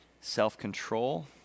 self-control